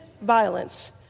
violence